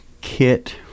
kit